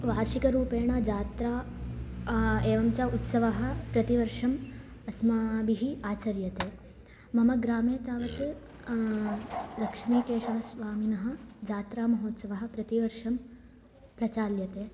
वार्षिकरूपेण जात्रा एवञ्च उत्सवः प्रतिवर्षम् अस्माभिः आचर्यते मम ग्रामे तावत् लक्ष्मीकेशवस्वामिनः जात्रामहोत्सवः प्रतीवर्षं प्रचाल्यते